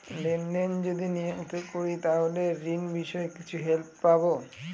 Lane দেন যদি নিয়মিত করি তাহলে ঋণ বিষয়ে কিছু হেল্প পাবো?